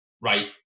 right